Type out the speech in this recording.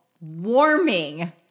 warming